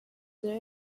there